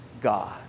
God